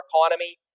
economy